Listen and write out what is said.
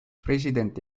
president